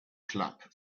club